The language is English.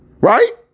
Right